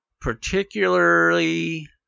particularly